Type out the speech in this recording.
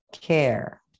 care